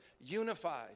unified